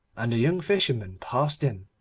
and the young fisherman passed in,